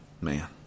Man